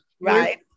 right